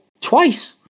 twice